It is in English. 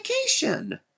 vacation